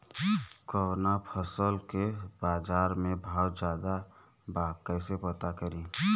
कवना फसल के बाजार में भाव ज्यादा बा कैसे पता करि?